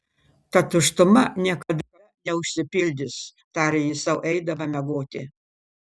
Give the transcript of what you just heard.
ta tuštuma niekada neužsipildys tarė ji sau eidama miegoti